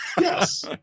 yes